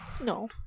no